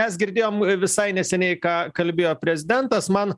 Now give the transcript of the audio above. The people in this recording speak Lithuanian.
mes girdėjom visai neseniai ką kalbėjo prezidentas man